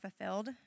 fulfilled